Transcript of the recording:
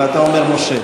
ואתה אומר "מושך".